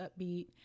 upbeat